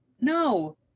no